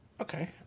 Okay